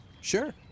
Sure